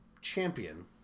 champion